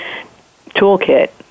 toolkit